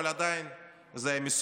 אבל עדיין זה היה מסוכן.